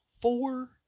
four